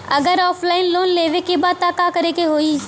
अगर offline loan लेवे के बा त का करे के होयी?